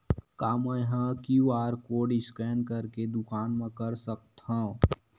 का मैं ह क्यू.आर कोड स्कैन करके दुकान मा कर सकथव?